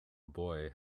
boy